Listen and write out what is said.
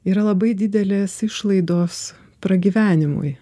yra labai didelės išlaidos pragyvenimui